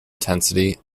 intensity